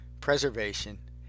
preservation